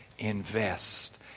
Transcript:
invest